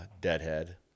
deadhead